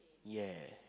ya